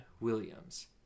Williams